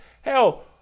Hell